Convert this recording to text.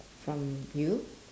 from you